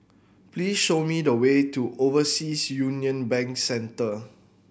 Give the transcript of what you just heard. please show me the way to Overseas Union Bank Centre